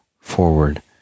forward